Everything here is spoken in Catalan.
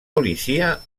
policia